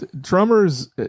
Drummers